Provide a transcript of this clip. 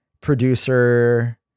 producer